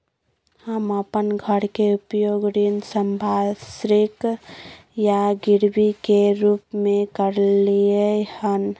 हम अपन घर के उपयोग ऋण संपार्श्विक या गिरवी के रूप में कलियै हन